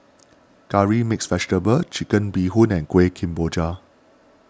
Curry Mixed Vegetable Chicken Bee Hoon and Kuih Kemboja